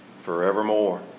forevermore